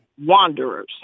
wanderers